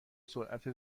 سرعت